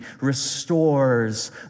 restores